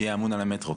שיהיה אמון על המטרו.